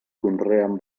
conreen